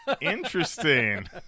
interesting